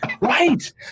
Right